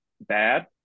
bad